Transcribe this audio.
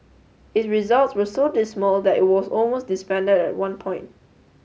its results were so dismal that it was almost disbanded at one point